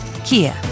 Kia